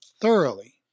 thoroughly